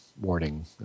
warning